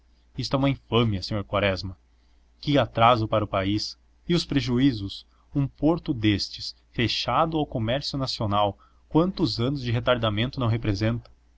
isto é uma infâmia senhor quaresma que atraso para o país e os prejuízos um porto destes fechado a comércio nacional quantos anos de retardamento não representa